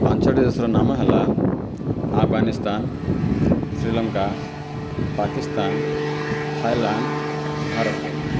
ପାଞ୍ଚଟି ଦେଶର ନାମ ହେଲା ଆଫଗାନିସ୍ତାନ ଶ୍ରୀଲଙ୍କା ପାକିସ୍ତାନ ଥାଇଲାଣ୍ଡ ଭାରତ